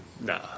Nah